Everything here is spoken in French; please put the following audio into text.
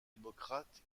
démocrate